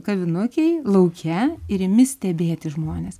kavinukėj lauke ir imi stebėti žmones